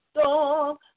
Storm